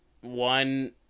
One